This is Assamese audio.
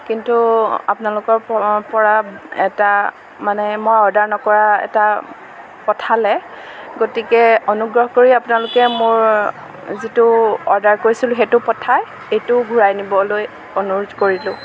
কিন্তু আপোনালোকৰ পৰা এটা মানে মই অৰ্ডাৰ নকৰা এটা পঠালে গতিকে অনুগ্ৰহ কৰি আপোনালোকে মোৰ যিটো অৰ্ডাৰ কৰিছিলোঁ সেইটো পঠাই এইটো ঘূৰাই নিবলৈ অনুৰোধ কৰিলোঁ